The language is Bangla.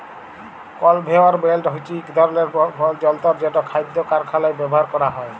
কলভেয়র বেল্ট হছে ইক ধরলের যল্তর যেট খাইদ্য কারখালায় ব্যাভার ক্যরা হ্যয়